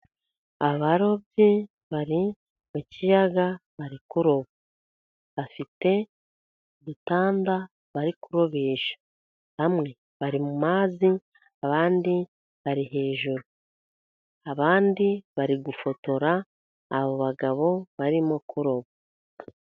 Abarobyi bari mu kiyaga bari kuroba. Bafite udutanda bari kurobesha. Bamwe bari mu mazi, abandi bari hejuru. Abandi bari gufotora abo bagabo barimo Kuroba.